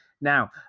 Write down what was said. Now